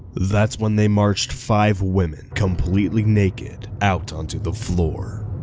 that's when they marched five women, completely naked, out onto the floor.